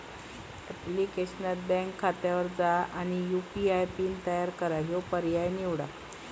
ऍप्लिकेशनात बँक खात्यावर जा आणि यू.पी.आय पिन तयार करा ह्यो पर्याय निवडा